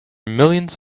millions